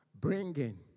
bringing